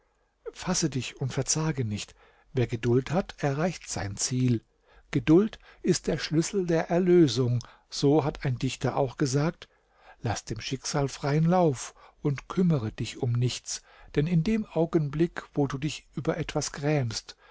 fasse dich und verzage nicht wer geduld hat erreicht sein ziel geduld ist der schlüssel der erlösung so hat ein dichter auch gesagt laß dem schicksal freien lauf und kümmere dich um nichts denn in dem augenblick wo du dich über etwas grämst